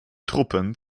truppen